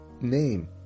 name